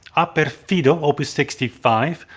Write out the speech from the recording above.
ah! perfido opus sixty five,